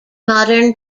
modern